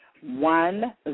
one